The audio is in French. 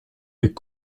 est